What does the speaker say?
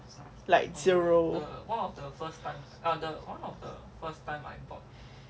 like zero